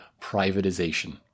privatization